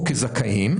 או כזכאים,